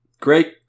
Great